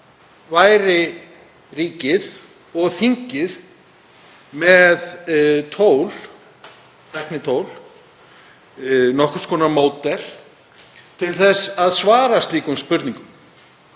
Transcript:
væru ríkið og þingið með tæknitól, nokkurs konar módel til þess að svara slíkum spurningum.